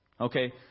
Okay